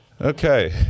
okay